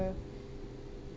uh